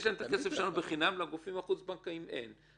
יש להם את הכסף שלנו בחינם ולגופים החוץ-בנקאיים אין.